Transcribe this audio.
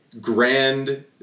grand